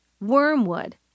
wormwood